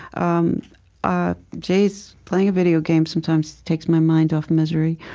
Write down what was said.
um ah jeez, playing a video game sometimes takes my mind off misery.